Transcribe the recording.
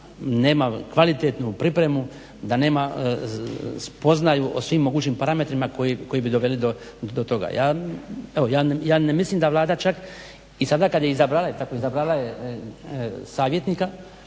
to nema kvalitetnu pripremu, da nema spoznaju o svim mogućim parametrima koji bi doveli do toga. Evo, ja ne mislim da Vlada čak i sada kada je izabrala savjetnika,